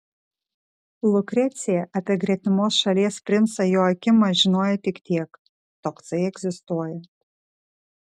lukrecija apie gretimos šalies princą joakimą žinojo tik tiek toksai egzistuoja